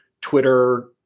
Twitter